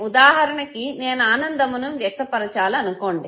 ఉదాహరణకి నేను ఆనందమును వ్యక్తపరచాలనుకోండి